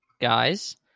guys